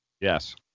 Yes